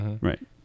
Right